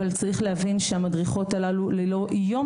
אבל צריך להבין שהמדריכות הללו ללא יום